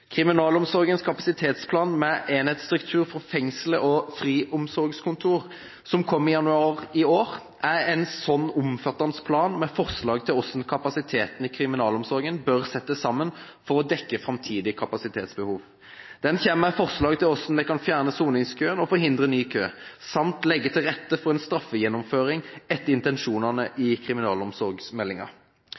Kriminalomsorgens kapasitetsplan med enhetsstruktur for fengsler og friomsorgskontor, som kom i januar i år, er en slik omfattende plan med forslag til hvordan kapasiteten i kriminalomsorgen bør settes sammen for å dekke framtidig kapasitetsbehov. Den kommer med forslag til hvordan vi kan fjerne soningskøen og forhindre ny kø samt legge til rette for en straffegjennomføring etter intensjonene i